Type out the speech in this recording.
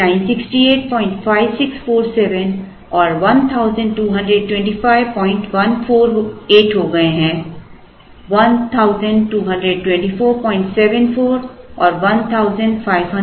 वे 9685647 और 1225148 हो गए हैं Refer Slide Time 0054 122474 और 154919 के बजाय